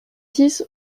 six